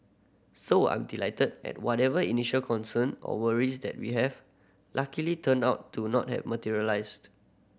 so I'm delighted and whatever initial concern or worries that we have luckily turned out to not have materialised